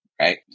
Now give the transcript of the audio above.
right